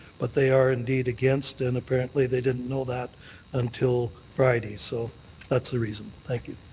but they are indeed against, and apparently they didn't know that until friday. so that's the reason. thank you.